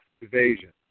evasion